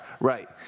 right